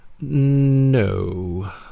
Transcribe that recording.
No